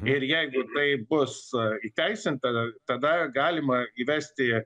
ir jeigu tai bus įteisinta tada galima įvesti